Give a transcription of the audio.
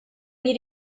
bir